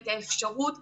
את האפשרות.